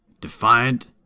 Defiant